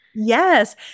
Yes